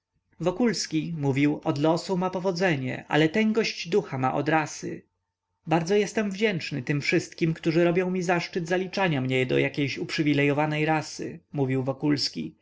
wokulski mówił od losu ma powodzenie ale tęgość ducha ma od rasy bardzo jestem wdzięczny tym wszystkim którzy robią mi zaszczyt zaliczaniem do jakiejś uprzywilejowanej rasy rzekł wokulski